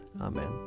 Amen